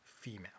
female